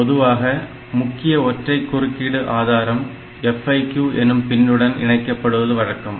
பொதுவாக முக்கிய ஒற்றை குறுக்கீடு ஆதாரம் FIQ எனும் பின்னுடன் இணைக்கப்படுவது வழக்கம்